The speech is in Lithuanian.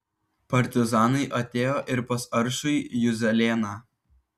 partizanai atėjo ir pas aršųjį juzelėną